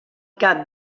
cap